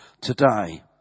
today